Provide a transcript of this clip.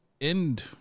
end